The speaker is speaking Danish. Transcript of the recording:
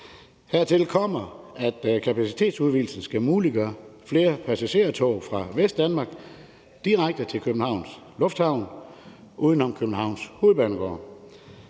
Hertil kommer, at kapacitetsudvidelsen skal muliggøre flere passagertog fra Vestdanmark direkte til Københavns Lufthavn uden om Københavns Hovedbanegård.